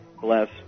bless